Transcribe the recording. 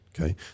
okay